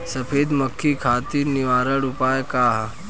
सफेद मक्खी खातिर निवारक उपाय का ह?